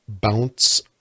Bounce